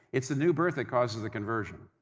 it's the new birth that causes the conversion.